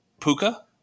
Puka